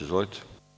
Izvolite.